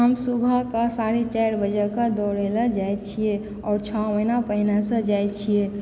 हम सुबह कऽ साढ़े चारि बजे कऽ दौड़े लए जाय छियै आओर छओ महिना पहिने सऽ जाय छियै